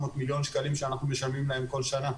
מיליון שקלים שאנחנו משלמים להן כל שנה,